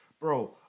bro